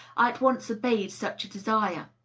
i at once obeyed such a desire.